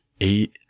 eight